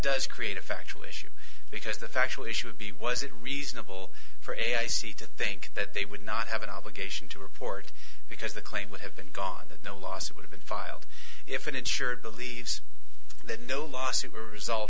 does create a factual issue because the factual issue would be was it reasonable for a i c to think that they would not have an obligation to report because the claim would have been gone that no lawsuit would've been filed if an insured believes that no lawsuit will result